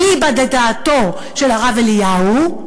אליבא דדעתו של הרב אליהו?